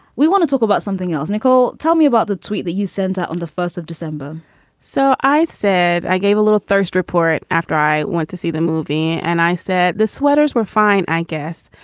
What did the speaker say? we want to talk about something else. nicole, tell me about the tweet that you sent out on the first of december so i said i gave a little thirst report after i went to see the movie and i said the sweaters were fine, i guess.